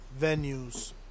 venues